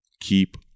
keep